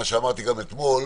מה שאמרתי גם אתמול,